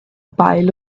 pile